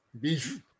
Beef